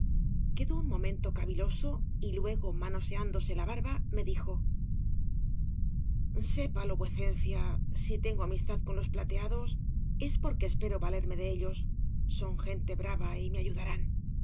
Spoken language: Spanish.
quedó un momento caviloso y luego manoseando la barba me dijo sépalo vuecencia si tengo amistad con los plateados es porque espero valerme de ellos son gente brava y me ayudarán